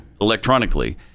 electronically